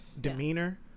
demeanor